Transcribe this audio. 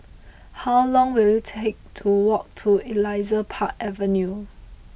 how long will it take to walk to Elias Park Avenue